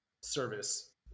service